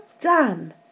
done